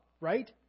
right